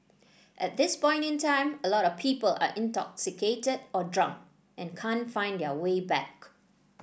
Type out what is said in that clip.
at this point in time a lot of people are intoxicated or drunk and can't find their way back